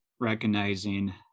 recognizing